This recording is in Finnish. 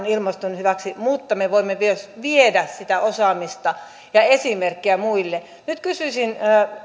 ilmaston hyväksi mutta me voimme myös viedä sitä osaamista ja esimerkkiä muille nyt kysyisin